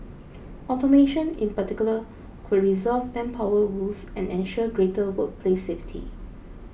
automation in particular could resolve manpower woes and ensure greater workplace safety